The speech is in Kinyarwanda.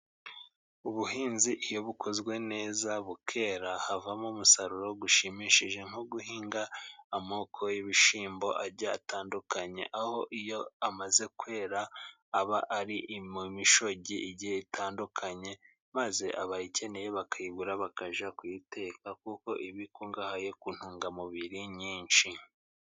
Ubuhinzi iyo bukozwe neza bukera, havamo umusaruro gushimishije nko guhinga amoko y'ibishyimbo agiye atandukanye, aho iyo amaze kwera aba ari imishogi igiye itandukanye, maze abayikeneye bakayigura bakajya kuyiteka kuko iba ikungahaye ku ntungamubiri nyinshi.